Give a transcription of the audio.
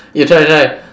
you try you try